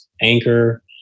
Anchor